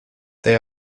they